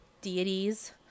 deities